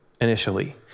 initially